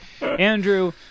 andrew